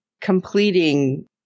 completing